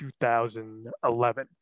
2011